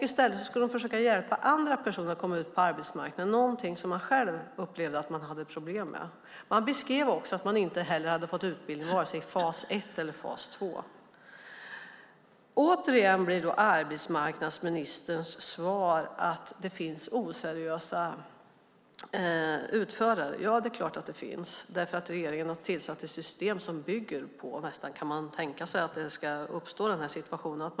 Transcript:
I stället skulle de försöka hjälpa andra att komma ut på arbetsmarknaden, något som de själva upplevde sig ha problem med. Man beskrev också att man inte hade fått utbildning vare sig i fas 1 eller i fas 2. Åter blir arbetsmarknadsministerns svar att det finns oseriösa utförare. Ja, det är klart. Med regeringens system är det nästa oundvikligt att den situationen uppstår.